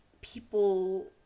people